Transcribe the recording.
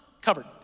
covered